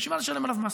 בשביל לשלם עליו מס?